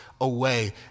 away